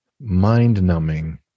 mind-numbing